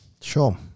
Sure